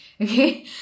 Okay